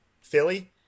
Philly